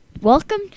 welcome